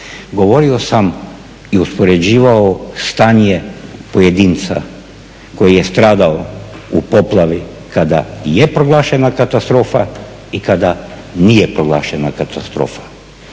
govorio sam i uspoređivao stanje pojedinca koji je stradao u poplavi kada je proglašena katastrofa i kada nije proglašena katastrofa.